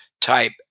type